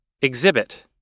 exhibit